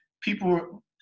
people